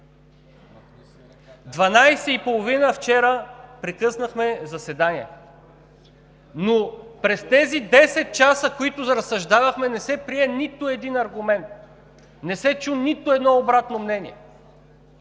Вчера прекъснахме заседанието в 00,30 ч., но през тези десет часа, в които разсъждавахме, не се прие нито един аргумент, не се чу нито едно обратно мнение.